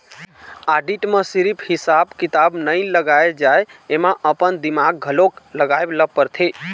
audit म सिरिफ हिसाब किताब नइ लगाए जाए एमा अपन दिमाक घलोक लगाए ल परथे